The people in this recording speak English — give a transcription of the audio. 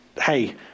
Hey